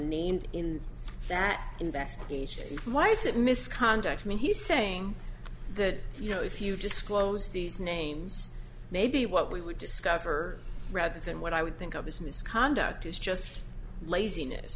named in that investigation why is it misconduct i mean he's saying that you know if you just close these names maybe what we would discover rather than what i would think of as misconduct is just laziness